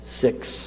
six